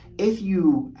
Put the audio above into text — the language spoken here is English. if you,